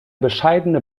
bescheidene